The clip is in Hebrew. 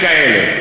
וכאלה,